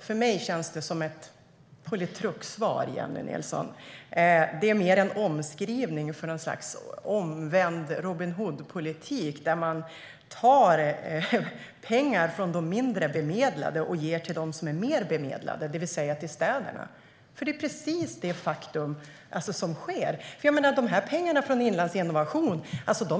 För mig känns detta som ett politruksvar, Jennie Nilsson. Det kan ses som en omskrivning av något slags omvänd Robin Hood-politik, där man tar pengar från de mindre bemedlade och ger till dem som är mer bemedlade, det vill säga till städerna. Faktum är att det är precis det som sker. De här pengarna från Inlandsinnovation